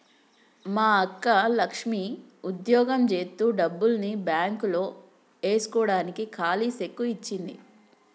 మా అక్క లక్ష్మి ఉద్యోగం జేత్తు డబ్బుల్ని బాంక్ లో ఏస్కోడానికి కాలీ సెక్కు ఇచ్చింది